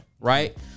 right